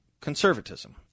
conservatism